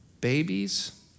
Babies